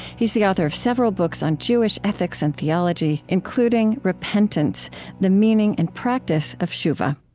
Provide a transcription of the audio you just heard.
he is the author of several books on jewish ethics and theology, including repentance the meaning and practice of teshuvah